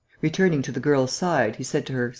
returning to the girl's side, he said to her,